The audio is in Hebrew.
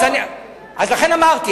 לכן אמרתי,